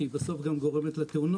שהיא גם בסוף גורמת לתאונות.